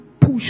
push